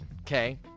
okay